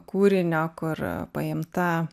kūrinio kur paimta